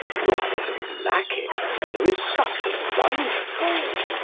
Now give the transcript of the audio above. rather than lack it where there is such abundance.